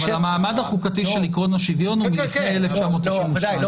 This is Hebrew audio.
אבל המעמד החוקתי של עיקרון השוויון הוא מלפני 1992. ודאי.